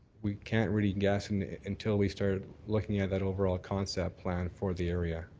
we can't really guess and until we start looking at that overall concept plan for the area.